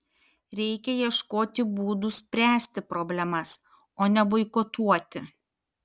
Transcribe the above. reikia ieškoti būdų spręsti problemas o ne boikotuoti